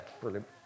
brilliant